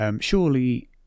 surely